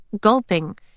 Gulping